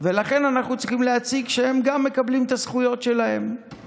אנחנו צריכים להציג שגם הם מקבלים את הזכויות שלהם.